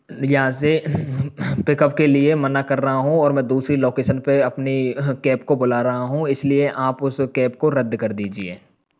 यहाँ से पिकअप के लिए मना कर रहा हूँ और मैं दूसरी लोकेसन पे अपनी कैब को बुला रहा हूँ इस लिए आप उस कैब को रद्द कर दीजिए